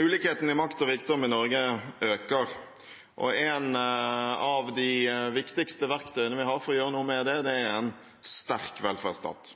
Ulikheten i makt og rikdom i Norge øker, og et av de viktigste verktøyene vi har for å gjøre noe med det, er en sterk velferdsstat.